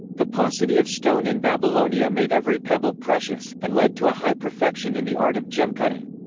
the paucity of stone in babylonia made every pebble precious, and led to a high perfection in the art of gem-cutting.